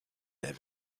der